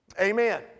Amen